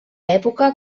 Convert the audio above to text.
època